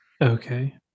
Okay